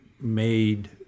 made